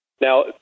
Now